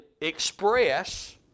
express